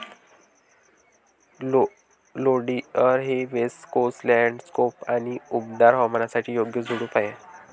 oleander हे west coast landscape आणि उबदार हवामानासाठी योग्य झुडूप आहे